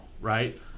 right